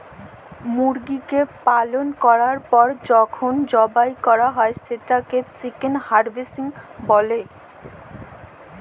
মুরগিকে পালল ক্যরার পর যখল জবাই ক্যরা হ্যয় সেটকে চিকেল হার্ভেস্টিং ব্যলে